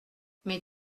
mais